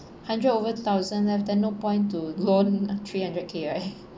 hundred over thousand left then no point to loan three hundred K right